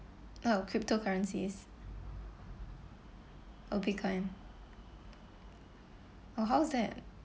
oh cryptocurrencies oh Bitcoin oh how's that